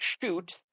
shoot